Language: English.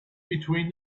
between